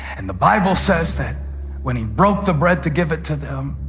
and the bible says that when he broke the bread to give it to them,